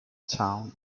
town